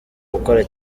gukora